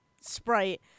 sprite